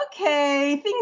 okay